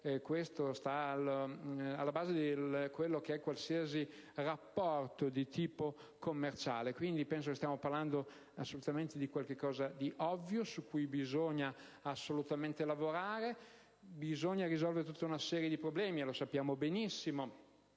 questo è alla base di qualsiasi rapporto di tipo commerciale. Quindi, penso che stiamo parlando di qualcosa di ovvio, su cui bisogna assolutamente lavorare. Bisogna risolvere tutta una serie di problemi - lo sappiamo benissimo